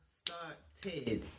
started